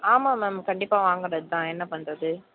ஆமாம் மேம் கண்டிப்பாக வாங்கிறதுதான் என்ன பண்ணுறது